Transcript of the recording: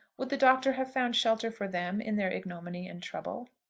would the doctor have found shelter for them in their ignominy and trouble?